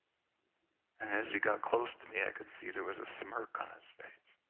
and as he got close to me, i could see there was a smirk on his face,